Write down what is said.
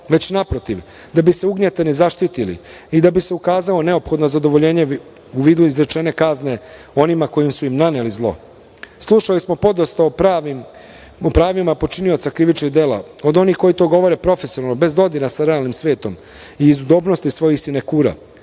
već, naprotiv, da bi se ugnjetavani zaštitili i da bi se ukazao neophodno zadovoljenje u vidu izrečene kazne onima koji su im naneli zlo. Slušali smo podosta o pravima počinioca krivičnih dela, od onih koji to govore profesionalno, bez dodira sa realnim svetom i iz udobnosti svojih sinekura.